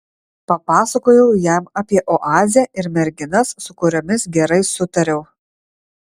papasakojau jam apie oazę ir merginas su kuriomis gerai sutariau